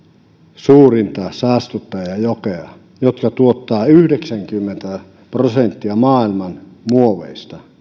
suurinta saastuttajajokea jotka tuottavat yhdeksänkymmentä prosenttia maailman muoveista